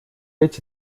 эти